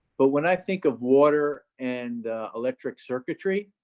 but when i think of water and electric circuitry,